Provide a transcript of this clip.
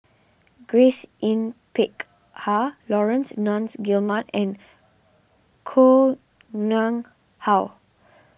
Grace Yin Peck Ha Laurence Nunns Guillemard and Koh Nguang How